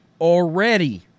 already